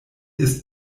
ist